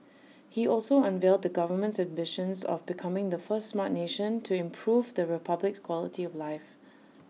he also unveiled the government's ambitions of becoming the first Smart Nation to improve the republic's quality of life